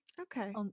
Okay